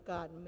God